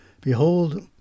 Behold